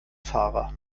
fahrer